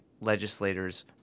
legislators